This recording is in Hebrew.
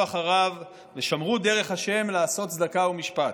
אחריו ושמרו דרך ה' לעשות צדקה ומשפט".